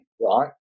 right